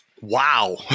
Wow